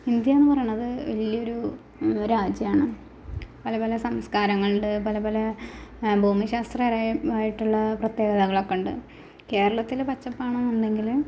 India എന്ന് പറയുന്നത് വലിയൊരു രാജ്യമാണ് പല പല സംസ്കാരങ്ങളുണ്ട് പല പല ഭൂമിശാസ്ത്രപരമായിട്ടുള്ള പ്രത്യേകതകളൊക്കെ ഉണ്ട് കേരളത്തിൽ പച്ചപ്പാണ് എന്നുണ്ടെങ്കിൽ